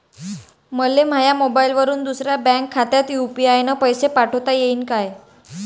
मले माह्या मोबाईलवरून दुसऱ्या बँक खात्यात यू.पी.आय न पैसे पाठोता येईन काय?